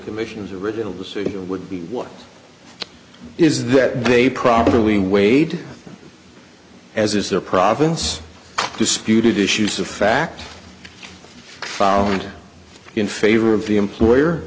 commission's original decision would be what is that they properly weighed as is their province disputed issues of fact found in favor of the employer